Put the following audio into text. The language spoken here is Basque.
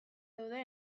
daude